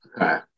Okay